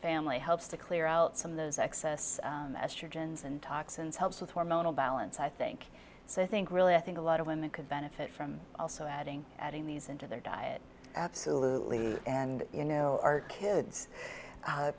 family helps to clear out some of those excess master gens and toxins helps with hormonal balance i think so i think really i think a lot of women could benefit from also adding adding these into their diet absolutely and you know our kids